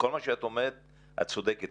כל מה שאת אומרת את צודקת,